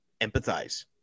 empathize